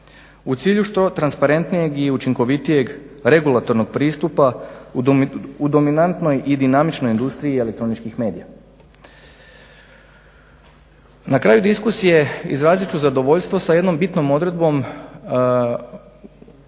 u cilju što transparentnijeg i učinkovitijeg regulatornog pristupa u dominantnoj i dinamičnoj industriji elektroničkih medija. Na kraju diskusije izrazit ću zadovoljstvo sa jednom bitnom odredbom. Na odboru